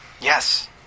yes